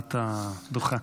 להעלאת הדוכן.